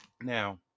now